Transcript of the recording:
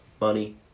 money